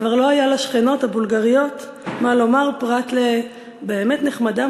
כבר לא היה לשכנות הבולגריות מה לומר פרט ל"באמת נחמדה,